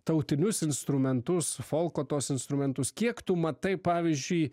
tautinius instrumentus folko tuos instrumentus kiek tu matai pavyzdžiui